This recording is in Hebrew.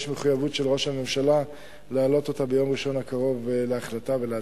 יש מחויבות של ראש הממשלה להעלות אותה ביום ראשון הקרוב להחלטה ולהצבעה.